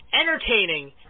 entertaining